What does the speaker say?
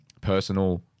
personal